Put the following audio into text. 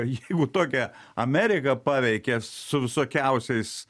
jeigu tokią ameriką paveikė su visokiausiais